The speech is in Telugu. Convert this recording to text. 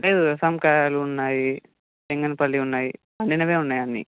అంటే రసం కాయలున్నాయి బంగిని పల్లి ఉన్నాయి పండినవే ఉన్నాయి అన్నీ